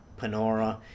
Panora